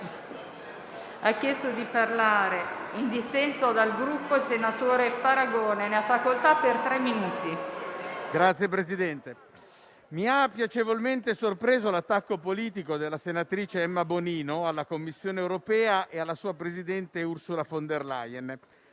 mi ha piacevolmente sorpreso l'attacco politico della senatrice Emma Bonino alla Commissione europea e alla sua presidente Ursula von der Leyen,